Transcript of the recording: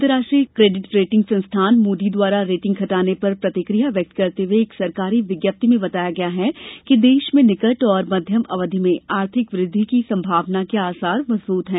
अंतर्राष्ट्रीय credit rating संस्थान Moody द्वारा रेटिंग घटाने पर प्रतिक्रिया व्यक्त करते हुए एक सरकारी विज्ञप्ति में बताया गया है कि देश में निकट और मध्यम अवधि में आर्थिक वृद्धि की संभावना के आसार मजबूत हैं